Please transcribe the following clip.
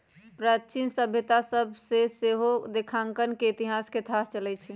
प्राचीन सभ्यता सभ से सेहो लेखांकन के इतिहास के थाह चलइ छइ